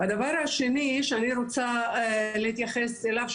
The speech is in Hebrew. הדבר השני שאני רוצה להתייחס אליו,